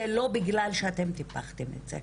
זה לא בגלל שאתם פיתחתם את זה.